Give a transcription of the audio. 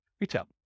retail